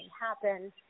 happen